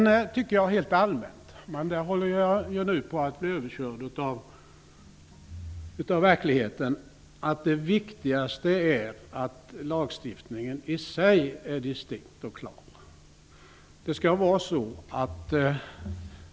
Jag tycker vidare rent allmänt -- men därvidlag håller jag nu på att bli överkörd av verkligheten -- att det viktigaste är att lagstiftningen i sig är distinkt och klar.